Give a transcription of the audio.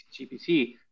GPT